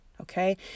Okay